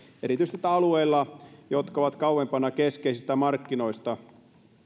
erityisesti niillä alueilla jotka ovat kauempana keskeisistä markkinoista